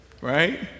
Right